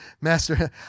Master